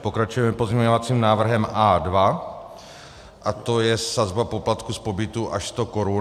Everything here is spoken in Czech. Pokračujeme pozměňovacím návrhem A2 a to je sazba poplatku z pobytu až sto korun.